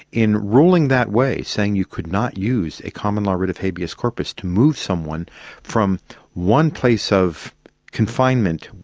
in ruling that way, saying you could not use a common law writ of habeas corpus to move someone from one place of confinement,